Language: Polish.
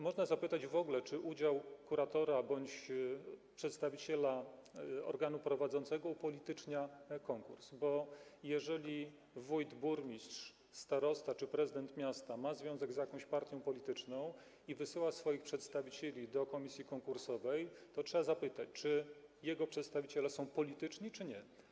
Można zapytać w ogóle, czy udział kuratora bądź przedstawiciela organu prowadzącego upolitycznia konkurs, bo jeżeli wójt, burmistrz, starosta czy prezydent miasta ma związek z jakąś partią polityczną i wysyła swoich przedstawicieli do komisji konkursowej, to trzeba zapytać, czy jego przedstawiciele są polityczni, czy nie.